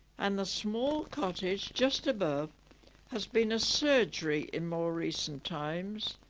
and the small cottage just above has been a surgery in more recent times.